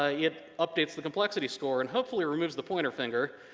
ah it updates the complexity score and hopefully removes the pointer finger.